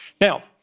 Now